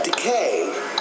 decay